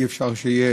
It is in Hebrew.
אי-אפשר שיהיה